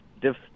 diff